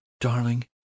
darling